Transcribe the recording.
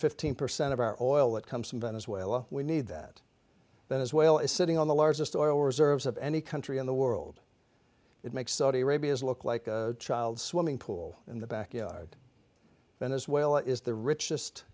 fifteen percent of our oil that comes from venezuela we need that venezuela is sitting on the largest oil reserves of any country in the world it makes saudi arabia's look like a child swimming pool in the backyard venezuela is the richest